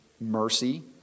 mercy